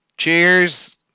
Cheers